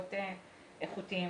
פחות איכותיים.